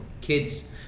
kids